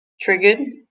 Triggered